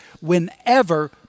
whenever